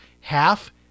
half